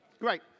Great